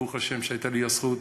ברוך השם שהייתה לי הזכות,